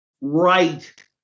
right